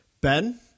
Ben